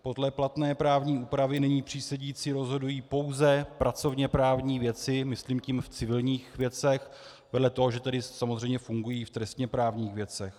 Podle platné právní úpravy nyní přísedící rozhodují pouze pracovněprávní věci, myslím tím v civilních věcech, vedle toho, že samozřejmě fungují i v trestněprávních věcech.